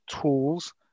tools